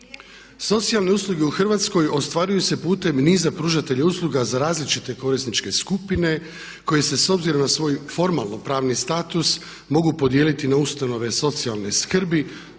Socijalne usluge u Hrvatskoj ostvaruju se putem niza pružatelja usluga za različite korisničke skupine koje se s obzirom na svoju formalno pravni status mogu podijeliti na ustanove socijalne skrbi.